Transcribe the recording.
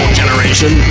generation